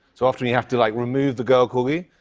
so, often, you have to, like, remove the girl corgi.